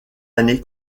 année